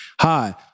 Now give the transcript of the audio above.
hi